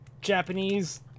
Japanese